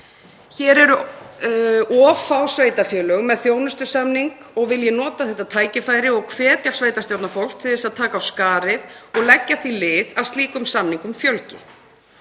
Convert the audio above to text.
Hér eru of fá sveitarfélög með þjónustusamning og vil ég nota þetta tækifæri og hvetja sveitarstjórnarfólk til að taka af skarið og leggja því lið að slíkum samningum fjölgi.